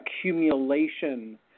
accumulation